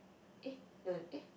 eh no eh